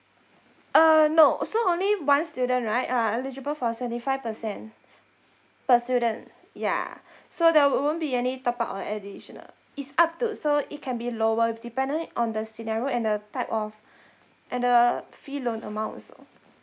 err no so only one student right are eligible for seventy five percent per student yeah so there won't be any top up or additional it's up to so it can be lower depending on the scenario and the type of and the fee loan amount also